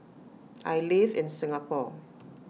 I live in Singapore